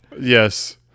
Yes